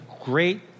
great